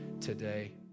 today